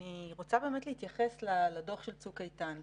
אני רוצה להתייחס לדוח של צוק איתן כי,